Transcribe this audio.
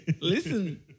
Listen